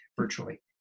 virtually